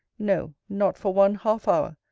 no, not for one half-hour,